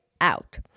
out